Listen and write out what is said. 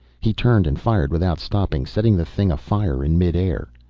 he turned and fired without stopping, setting the thing afire in midair.